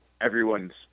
Everyone's